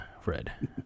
Fred